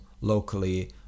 locally